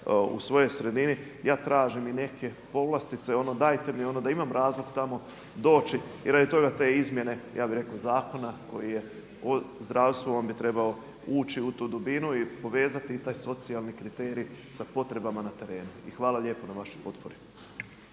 u svojoj sredi ja tražim i neke povlastice, ono dajte mi da imam razlog tamo doći i radi toga te izmjene ja bi rekao zakona koji je o zdravstvu on bi trebao ući u tu dubinu i povezati i taj socijalni kriterij sa potrebama na teretnu. I hvala lijepo na vašoj potpori.